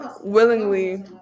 willingly